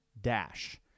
Dash